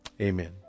Amen